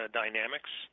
dynamics